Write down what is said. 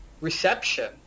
reception